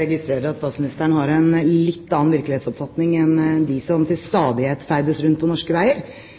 registrerer at statsministeren har en litt annen virkelighetsoppfatning enn de som til stadighet ferdes rundt på norske veier,